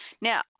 Now